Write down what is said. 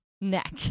neck